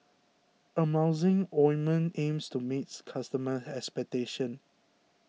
Emulsying Ointment aims to meet its customers' expectations